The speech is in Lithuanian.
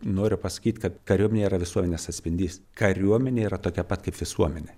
noriu pasakyt kad kariuomenė yra visuomenės atspindys kariuomenė yra tokia pat kaip visuomenė